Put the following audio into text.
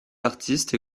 artistes